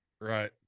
right